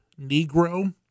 Negro